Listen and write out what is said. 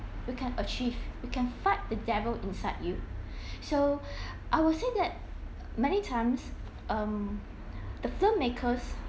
you can achieve you can fight the devil inside you so I'll say that many times um the film makers